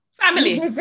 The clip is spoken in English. Family